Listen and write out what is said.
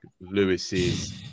Lewis's